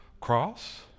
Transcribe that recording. cross